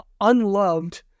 unloved